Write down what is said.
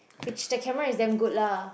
which the camera is damn good lah